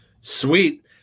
Sweet